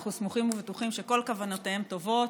אנחנו סמוכים ובטוחים שכל כוונותיהם טובות,